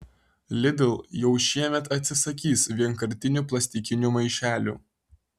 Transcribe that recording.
lidl jau šiemet atsisakys vienkartinių plastikinių maišelių